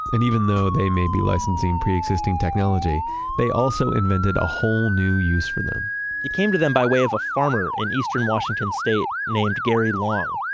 and even though they may be licensing pre-existing technology they also invented a whole new use for them it came to them by way of a farmer in eastern washington state named gary long.